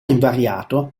invariato